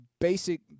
basic